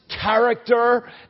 character